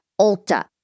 Ulta